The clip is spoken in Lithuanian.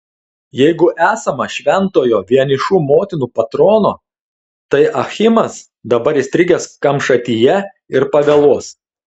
jeigu esama šventojo vienišų motinų patrono tai achimas dabar įstrigęs kamšatyje ir pavėluos